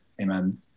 amen